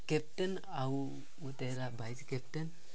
captain ଆଉ ଗୋଟେ ହେଲା ଭାଇସ୍ କେପ୍ଟେନ୍